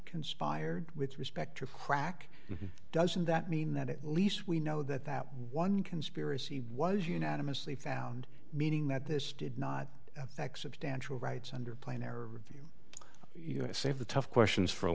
conspired with respect to crack doesn't that mean that at least we know that that one conspiracy was unanimously found meaning that this did not affect substantial rights under plainer view you know save the tough questions for a